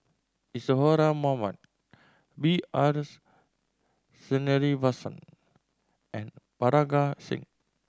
Isadhora Mohamed B R Sreenivasan and Parga Singh